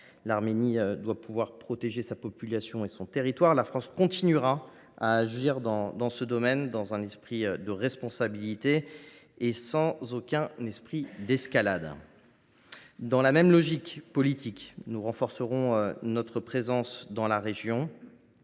L’Arménie doit pouvoir protéger sa population et son territoire, et notre pays continuera à agir dans ce domaine dans un esprit de responsabilité et sans aucun esprit d’escalade. Dans la même logique politique, nous renforcerons notre présence dans la région